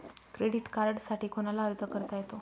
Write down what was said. Credit कार्डसाठी कोणाला अर्ज करता येतो?